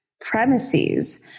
premises